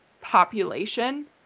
population